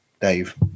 Dave